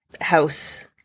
house